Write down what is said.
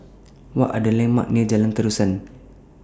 What Are The landmarks near Jalan Terusan